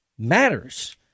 matters